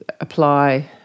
apply